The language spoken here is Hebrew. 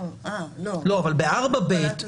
אבל בסעיף 4ב,